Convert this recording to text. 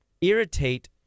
irritate